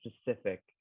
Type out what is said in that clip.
specific